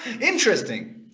Interesting